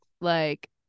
like-